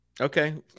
Okay